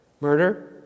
Murder